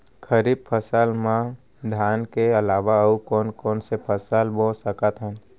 खरीफ फसल मा धान के अलावा अऊ कोन कोन से फसल बो सकत हन?